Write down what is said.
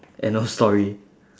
end of story